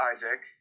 Isaac